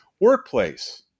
workplace